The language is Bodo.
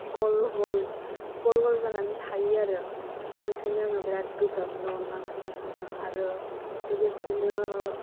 गल गल गल गल जानानै थायो आरो बेखायनो आङो बिराथ गोब्राब मोनो अनला ओंख्रिखौ संनो आरो लोगोसेनो